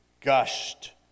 gushed